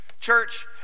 Church